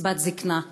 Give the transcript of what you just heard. קצבת הזיקנה,